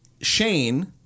Shane